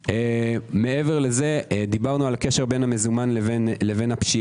מעבר לזה דיברנו על הקשר בין המזומן לפשיעה.